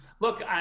look